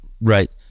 Right